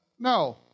no